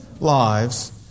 lives